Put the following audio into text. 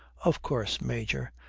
of course, major,